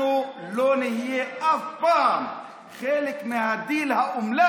אנחנו לא נהיה אף פעם חלק מהדיל האומלל